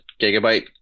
Gigabyte